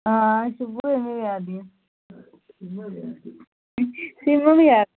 हां शुभ दियां मम्मी बी जादियां सिमरन बी जादी